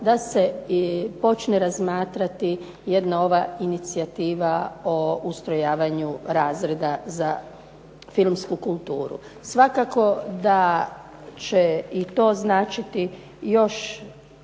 da se počne razmatrati jedna ova inicijativa o ustrojavanju razreda za filmsku kulturu. Svakako da će i to značiti još